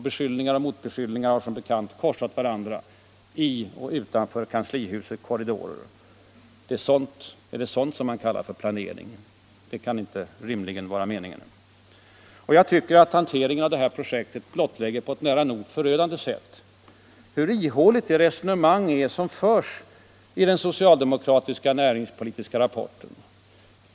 Beskyllningar och motbeskyllningar har som bekant korsat varandra i och utanför kanslihusets korridorer. Är det sådant som man kallar för planering? Det kan inte rimligen vara meningen. Jag tycker att hanteringen av detta projekt på ett nära nog förödande sätt blottlägger hur ihåligt det resonemang är som förs i den socialdemokratiska näringspolitiska rapporten.